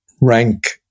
rank